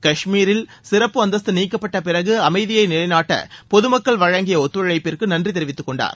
காஷ்மீரில் சிறப்பு அந்தஸ்து நீக்கப்பட்ட பிறகு அமைதியை நிலைநாட்ட பொதுமக்கள் வழங்கிய ஒத்துழைப்பிற்கு நன்றி தெரிவித்துக் கொண்டார்